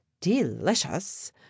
delicious